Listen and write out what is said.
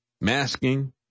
masking